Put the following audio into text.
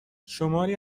شماری